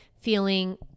feeling